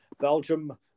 Belgium